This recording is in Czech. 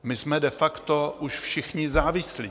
My jsme de facto už všichni závislí.